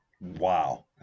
wow